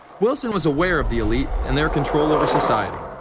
wilson was aware of the elite and their control over society.